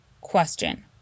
question